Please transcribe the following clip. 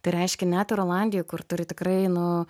tai reiškia net ir olandijoj kur turi tikrai nu